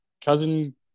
Cousin